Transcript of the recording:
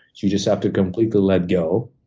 you just have to completely let go.